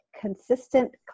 consistent